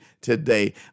today